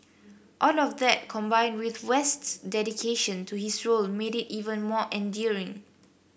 all of that combined with West's dedication to his role made it even more endearing